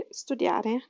studiare